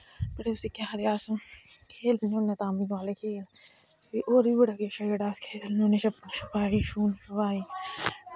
फिर असी केह् आखदे अस खेलने होन्ने तां बी फ्ही होर बी बड़ा किश ऐ जेह्ड़ा अस खेलने होन्ने शप्पन शपाई शून शोआई